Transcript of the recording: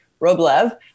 Roblev